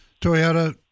Toyota